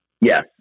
Yes